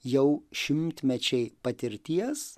jau šimtmečiai patirties